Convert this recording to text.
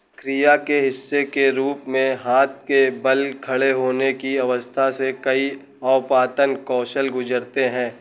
क्रिया के हिस्से के रूप में हाथ के बल खड़े होने की अवस्था से कई अवपातन कौशल गुज़रते हैं